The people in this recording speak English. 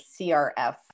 CRF